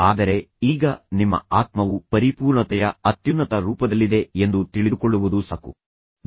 ಆದರೆ ಈಗ ಇದು ನಿಮ್ಮ ಆತ್ಮವು ಪರಿಪೂರ್ಣತೆಯ ಅತ್ಯುನ್ನತ ರೂಪದಲ್ಲಿದೆ ಎಂದು ನೀವು ಭಾವಿಸುವಂತಹ ಉತ್ಸಾಹಭರಿತ ಕ್ಷಣವಾಗಿದೆ ಎಂದು ತಿಳಿದುಕೊಳ್ಳುವುದು ಸಾಕು